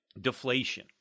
deflation